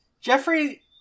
Jeffrey